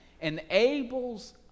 Enables